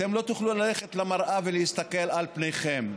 אתם לא תוכלו ללכת למראה ולהסתכל על פניכם,